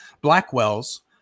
Blackwell's